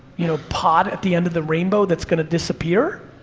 you know, pot at the end of the rainbow that's gonna disappear?